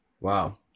Wow